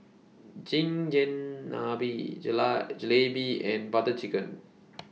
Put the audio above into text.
Chigenabe Jalebi and Butter Chicken